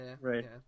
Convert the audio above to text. Right